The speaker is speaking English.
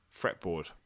fretboard